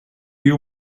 you